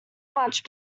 much